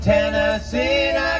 Tennessee